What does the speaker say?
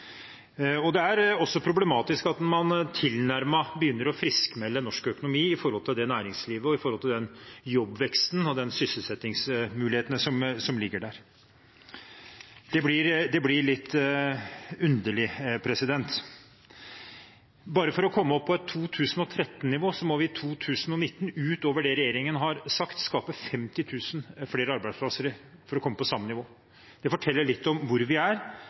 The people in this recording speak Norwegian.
mange. Det er også problematisk at man tilnærmet begynner å friskmelde norsk økonomi når det gjelder næringslivet og den jobbveksten og de sysselsettingsmulighetene som ligger der. Det blir litt underlig. Bare for å komme opp på samme nivå som i 2013, må man i 2019 – utover det regjeringen har sagt – skape 50 000 flere arbeidsplasser. Det forteller litt om hvor vi er,